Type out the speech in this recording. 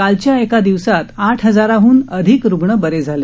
कालच्या एका दिवसात आठ हजारांहन अधिक रुग्ण बरे झाले